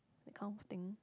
that kind of thing